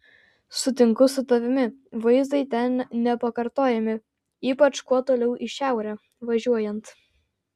sutinku su tavimi vaizdai ten nepakartojami ypač kuo toliau į šiaurę važiuojant